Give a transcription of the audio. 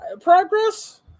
progress